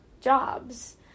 jobs